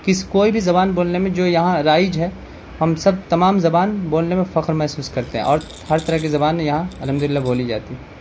کس کوئی بھی زبان بولنے جو یہاں رائج ہے ہم سب تمام زبان بولنے میں فخر محسوس کرتے ہیں اور ہر طرح کی زبان یہاں الحمد للہ بولی جاتی ہے